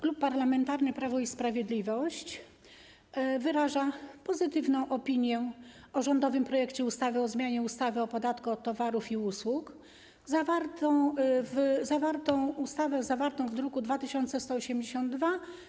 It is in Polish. Klub Parlamentarny Prawo i Sprawiedliwość wyraża pozytywną opinię o rządowym projekcie ustawy o zmianie ustawy o podatku od towarów i usług, zawartą w druku nr 2182.